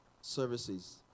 services